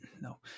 no